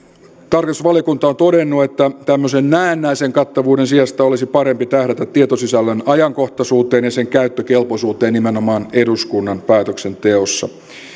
tarkastusvaliokunta on todennut että tämmöisen näennäisen kattavuuden sijasta olisi parempi tähdätä tietosisällön ajankohtaisuuteen ja sen käyttökelpoisuuteen nimenomaan eduskunnan päätöksenteossa